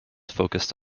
focused